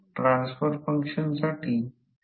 तर हे ∅ प्रत्यक्षात I चे फंक्शन आहे